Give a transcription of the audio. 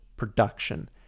production